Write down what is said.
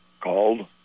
called